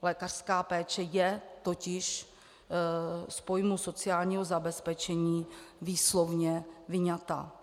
Lékařská péče je totiž z pojmu sociálního zabezpečení výslovně vyňata.